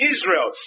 Israel